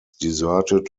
deserted